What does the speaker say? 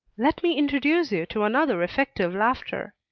let me introduce you to another effective laughter.